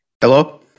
Hello